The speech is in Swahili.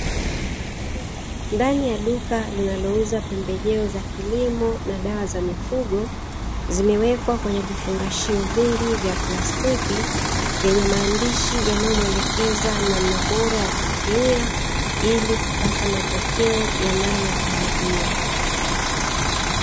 Ndani ya duka linalouza pembejeo za kilimo na dawa za mifugo, zimewekwa kwenye vifungashio vingi vya plastiki vyenye maandishi yanayomuelekeza, namna bora ya kutumia ili kupata matokeo yanayo tarajiwa.